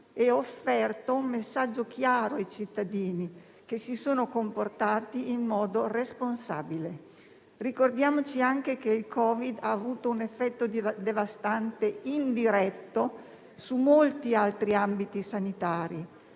e offerto un messaggio chiaro i cittadini che si sono comportati in modo responsabile. Ricordiamoci anche che il Covid ha avuto un effetto devastante indiretto su molti altri ambiti sanitari: